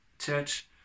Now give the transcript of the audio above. Church